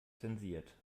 zensiert